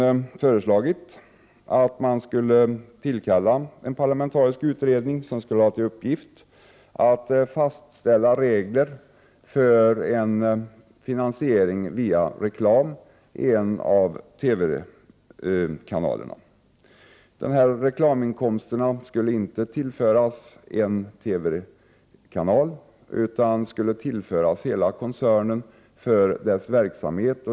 Vi föreslår i vår partimotion att en parlamentarisk utredning tillkallas som skall ha i uppgift att fastställa regler för en finansiering via reklam i någon av TV-kanalerna. De här reklaminkomsterna skulle inte tillföras en TV-kanal utan hela koncernen och dess verksamhet.